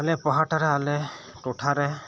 ᱟᱞᱮ ᱯᱟᱦᱟᱴᱟ ᱨᱮ ᱟᱞᱮ ᱴᱚᱴᱷᱟ ᱨᱮ